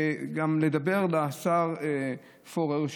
לדבר אל השר פורר,